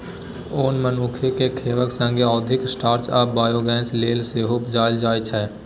ओन मनुख केँ खेबाक संगे औद्योगिक स्टार्च आ बायोगैस लेल सेहो उपजाएल जाइ छै